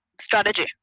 strategy